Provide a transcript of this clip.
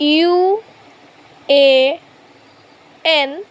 U A N